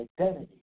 identity